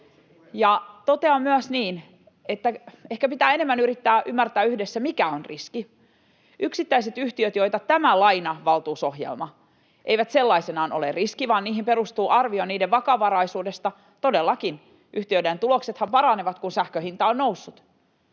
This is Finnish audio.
Ja totean myös niin, että ehkä pitää enemmän yrittää ymmärtää yhdessä, mikä on riski. Yksittäiset yhtiöt, joita tämä lainavaltuusohjelma koskee, eivät sellaisenaan ole riski, mihin perustuu arvio niiden vakavaraisuudesta — todellakin, yhtiöiden tuloksethan paranevat, kun sähkön hinta on noussut